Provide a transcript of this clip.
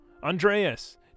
Andreas